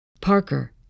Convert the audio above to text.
Parker